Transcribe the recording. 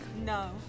No